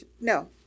No